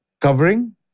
covering